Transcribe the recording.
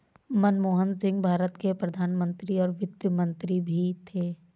मनमोहन सिंह भारत के प्रधान मंत्री और वित्त मंत्री भी थे